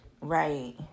right